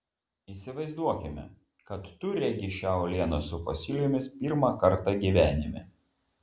įsivaizduokime kad tu regi šią uolieną su fosilijomis pirmą kartą gyvenime